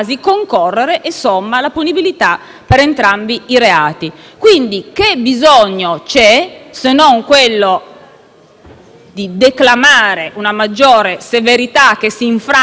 e sommarsi. Quindi, che bisogno c'è, se non quello di declamare una maggiore severità, che si infrange poi sulla concreta applicabilità,